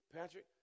Patrick